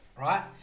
Right